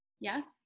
Yes